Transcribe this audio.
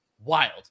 Wild